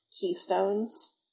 keystones